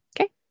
Okay